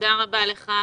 תודה רבה לך,